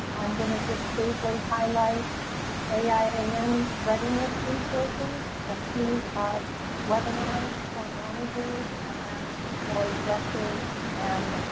i'm going to just briefly highlight ai an and readiness resources. a suite of webinars for managers and um for directors and